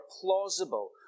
plausible